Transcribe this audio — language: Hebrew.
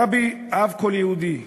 הרבי אהב כל יהודי.